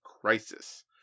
crisis